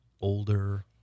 older